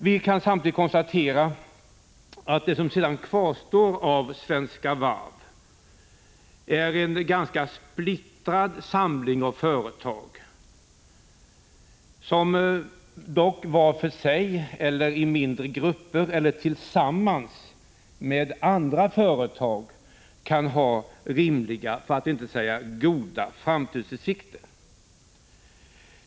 Vi kan samtidigt konstatera att det som sedan kvarstår av Svenska Varv är en ganska splittrad samling av företag, som dock var för sig, i mindre grupper eller tillsammans med andra företag kan ha rimliga för att inte säga goda framtidsutsikter.